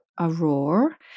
Aurora